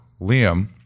Liam